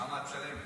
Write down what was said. כמה את משלמת?